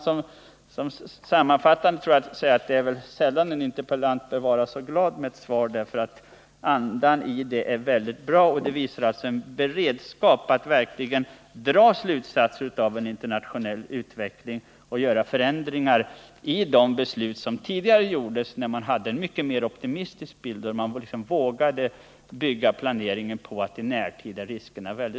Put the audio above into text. Som en sammanfattning tror jag att man kan säga att det är sällan som en interpellant kan vara så glad över ett svar som jag är över detta, 213 därför att andan i svaret är bra och svaret visar en beredskap att verkligen dra slutsatser av internationell utveckling och göra förändringar i de beslut som fattats tidigare, när man hade en mycket mer optimistisk bild av världslä